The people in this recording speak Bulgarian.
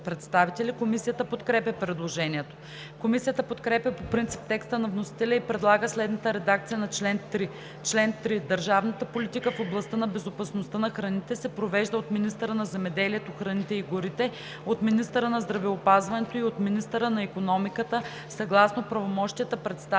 Комисията подкрепя предложението. Комисията подкрепя по принцип текста на вносителя и предлага следната редакция на чл. 3: „Чл. 3. Държавната политика в областта на безопасността на храните се провежда от министъра на земеделието, храните и горите, от министъра на здравеопазването и от министъра на икономиката съгласно правомощията, предоставени